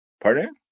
Pardon